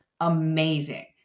amazing